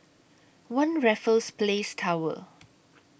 one Raffles Place Tower